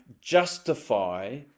justify